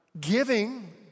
giving